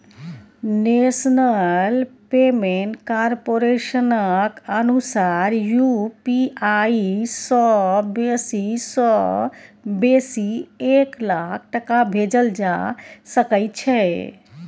national payment कारपोरेशनक अनुसार UPI सँ बेसी सँ बेसी एक लाख टका भेजल जा सकै छै